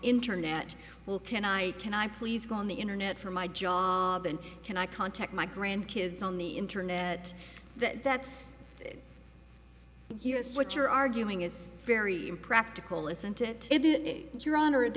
internet well can i can i please go on the internet for my job and can i contact my grand kids on the internet that that's what you're arguing is very impractical isn't it it is your honor it